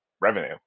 revenue